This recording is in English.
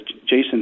Jason